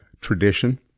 tradition